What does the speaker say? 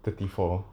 thirty four